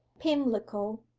pimlico,